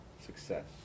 success